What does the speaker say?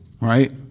Right